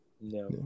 no